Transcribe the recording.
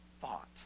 thought